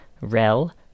Rel